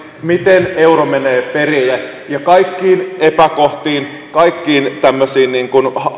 miten euro menee perille ja kaikkiin epäkohtiin kaikkiin tämmöisiin